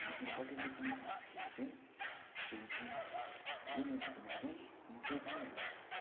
अनि इम्पोर्टेन्ट चाहिँ किन छ भन्दाखेरि चाहिँ किनकि उनीहरू बिना चाहिँ म केही पनि होइन